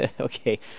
okay